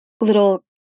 little